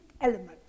element